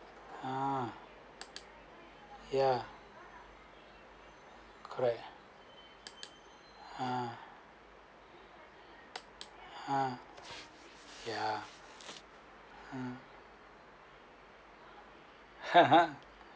um ya correct ah ah ya